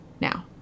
Now